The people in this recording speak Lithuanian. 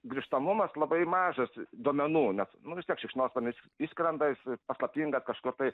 grįžtamumas labai mažas duomenų nes nu vis tiek šikšnosparnis išskrenda jis paslaptingas kažkur tai